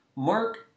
Mark